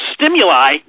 stimuli